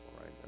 right